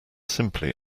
simply